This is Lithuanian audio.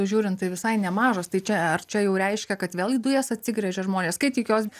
žiūrint tai visai nemažas tai čia ar čia jau reiškia kad vėl į dujas atsigręžia žmonės kai tik jos